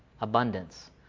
abundance